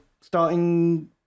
starting